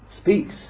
speaks